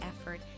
effort